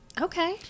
okay